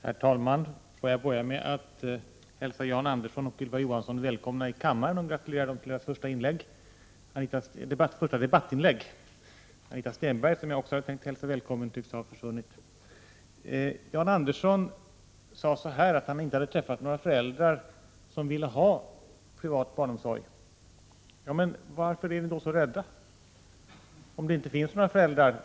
Herr talman! Får jag börja med att hälsa Jan Andersson och Ylva Johansson välkomna i kammaren och gratulera dem till deras första debattinlägg. Anita Stenberg, som jag också hade tänkt hälsa välkommen, tycks ha försvunnit. Jan Andersson sade att han inte hade träffat några föräldrar som vill ha privat barnomsorg. Men varför är ni då så rädda?